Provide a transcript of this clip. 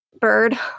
bird